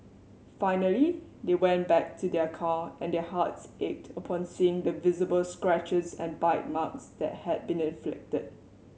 finally they went back to their car and their hearts ached upon seeing the visible scratches and bite marks that had been inflicted